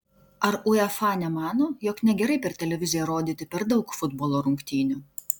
ar uefa nemano jog negerai per televiziją rodyti per daug futbolo rungtynių